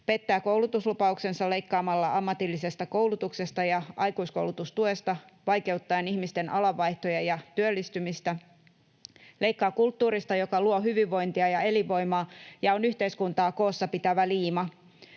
pettää koulutuslupauksensa leikkaamalla ammatillisesta koulutuksesta ja aikuiskoulutustuesta vaikeuttaen ihmisten alanvaihtoja ja työllistymistä, leikkaa kulttuurista, joka luo hyvinvointia ja elinvoimaa ja on yhteiskuntaa koossa pitävä liima,